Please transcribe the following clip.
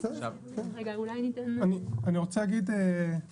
אני רוצה להגיד, איתי,